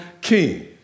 king